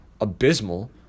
abysmal